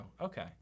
Okay